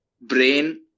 brain